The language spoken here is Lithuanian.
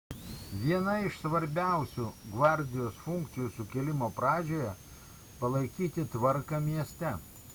viena iš svarbiausių gvardijos funkcijų sukilimo pradžioje palaikyti tvarką mieste